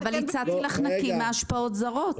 הצעתי לך לומר נקי מהשפעות זרות.